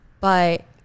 but-